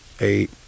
eight